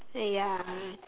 ya